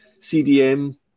CDM